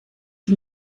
die